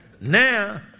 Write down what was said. Now